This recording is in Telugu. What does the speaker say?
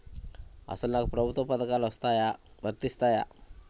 అసలు నాకు ప్రభుత్వ పథకాలు వర్తిస్తాయా?